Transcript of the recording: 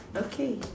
okay